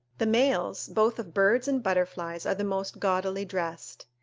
the males, both of birds and butterflies, are the most gaudily dressed.